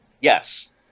Yes